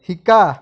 শিকা